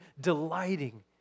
delighting